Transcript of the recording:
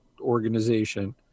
organization